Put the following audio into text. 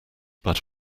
but